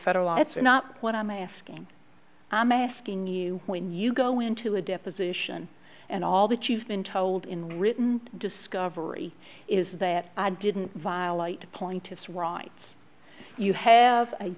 federal law that's not what i'm asking i'm asking you when you go into a deposition and all that you've been told in written discovery is that i didn't violate pointis rights you have a